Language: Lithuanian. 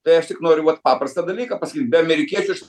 tai aš tik noriu vat paprastą dalyką pasakyt be amerikiečių